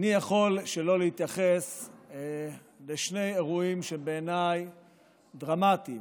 איני יכול שלא להתייחס לשני אירועים שבעיניי הם דרמטיים,